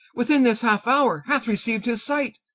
within this halfe houre hath receiu'd his sight,